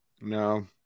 No